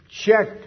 check